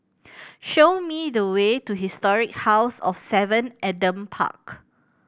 show me the way to Historic House of Seven Adam Park